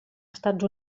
estats